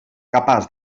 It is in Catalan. capaç